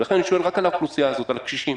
ולכן אני שואל רק על האוכלוסייה הזאת, על הקשישים.